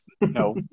No